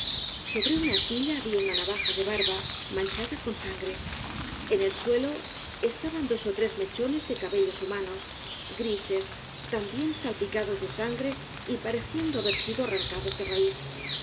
sobre una silla había unanavaja de barba manchadacon s a n g r e en el suelo estaban dos ó tres mechones de cabellos humanos grises también salpicados de s a n g r e y pai'eciendo haber sido arrancados de raíz